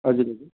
हजुर हजुर